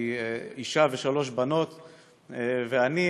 אישה ושלוש בנות ואני,